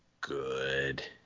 good